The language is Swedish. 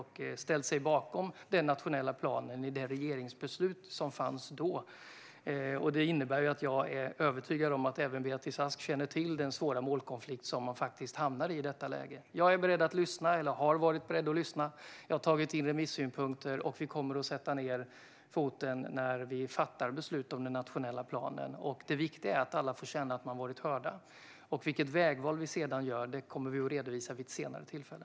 Hon ställde sig bakom den nationella planen i det regeringsbeslut som då fattades. Det innebär att jag är övertygad om att även Beatrice Ask känner till den svåra målkonflikt som man i detta läge hamnar i. Jag har varit beredd att lyssna, och jag har tagit in remissynpunkter. Vi kommer att sätta ned foten när vi fattar beslut om den nationella planen. Det viktiga är att alla får känna att de har varit hörda. Vilket vägval vi sedan gör kommer vi att redovisa vid ett senare tillfälle.